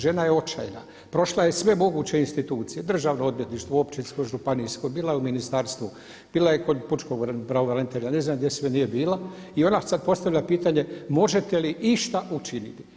Žena je očajna, prošla je sve moguće institucije Državno odvjetništvo, općinsko, županijsko, bila je u ministarstvu, bila je kod pučkog pravobranitelja, ne znam gdje sve nije bila i onda sad postavlja pitanje možete li išta učiniti?